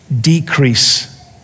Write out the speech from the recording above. decrease